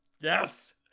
Yes